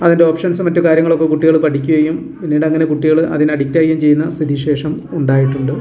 അതിൻ്റെ ഓപ്ഷൻസ് മറ്റു കാര്യങ്ങളൊക്കെ കുട്ടികൾ പഠിക്കുകയും പിന്നീട് അങ്ങനെ കുട്ടികൾ അതിന് അഡിക്റ്റാകുകയും ചെയ്യുന്ന സ്ഥിതി വിശേഷം ഉണ്ടായിട്ടുണ്ട്